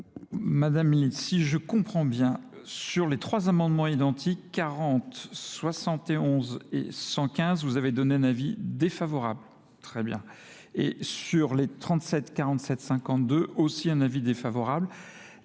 Madame ministre, si je comprends bien, sur les trois amendements identiques 40, 71 et 115, vous avez donné un avis défavorable. Très bien. Et sur les 37, 47 et 52, aussi un avis défavorable.